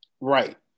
Right